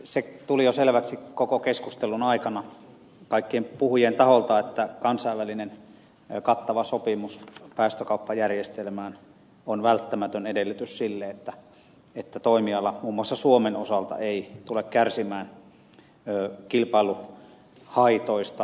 se tuli jo selväksi koko keskustelun aikana kaikkien puhujien taholta että kansainvälinen kattava päästökauppajärjestelmän sopimus on välttämätön edellytys sille että toimiala muun muassa suomen osalta ei tule kärsimään kilpailuhaitoista